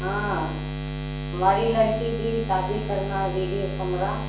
हाँ हमारी लड़की की शादी करना है बीडियों कमरा